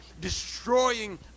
destroying